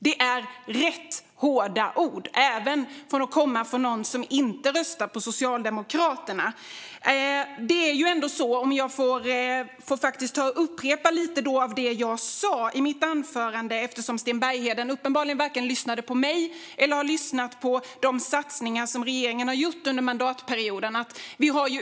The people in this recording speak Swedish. Det är rätt hårda ord, även för att komma från någon som inte röstar på Socialdemokraterna. Jag får upprepa lite av det jag sa i mitt anförande, eftersom Sten Bergheden uppenbarligen varken lyssnade på mig eller har lyssnat på de satsningar som regeringen har gjort under mandatperioden.